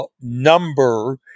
number